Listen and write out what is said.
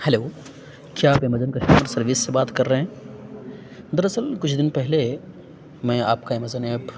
hello کیا آپ Amazon customer service سے بات کر رہے ہیں دراصل کچھ دن پہلے میں آپ کا امیزون ایپ